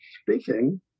speaking